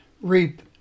reap